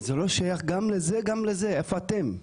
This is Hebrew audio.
זה לא שייך גם לזה, גם לזה, איפה אתם?